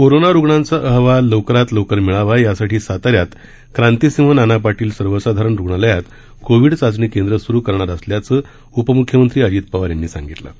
corona रुग्णांचा अहवाल लवकरात लवकर मिळावा यासाठी साताऱ्यात क्रांतीसिंह नाना पाटील सर्वसाधारण रुग्णालयात कोविड चाचणी केंद्र सुरु करणार असल्याचं उपमुख्यमंत्री अजित पवार यांनी सांगितलं आहे